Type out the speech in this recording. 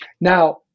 Now